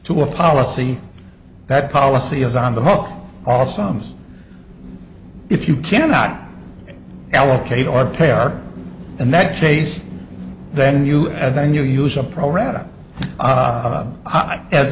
to a policy that policy is on the hook all sums if you cannot allocate or pay are in that case then you and then you use a